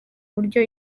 buryo